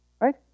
Right